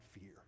fear